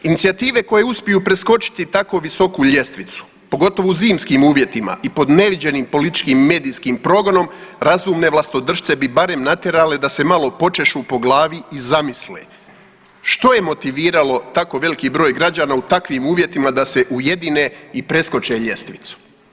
Inicijative koje uspiju preskočiti tako visoku ljestvicu, pogotovo u zimskim uvjetima i pod neviđenim političkim i medijskim progonom razumne vlastodršce bi barem natjerale da se malo počešu po glavi i zamisle, što je motiviralo tako veliki broj građana u takvim uvjetima da se ujedine i preskoče ljestvicu.